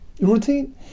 routine